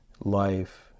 life